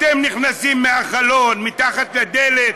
אתם נכנסים מהחלון, מתחת לדלת.